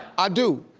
i do,